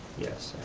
yes,